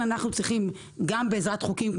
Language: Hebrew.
אנחנו כן צריכים גם בעזרת חוקים,